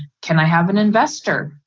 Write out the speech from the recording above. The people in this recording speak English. can i have an investor?